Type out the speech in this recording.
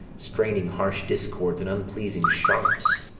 straining harsh discords and unpleasing sharps.